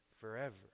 forever